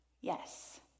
Yes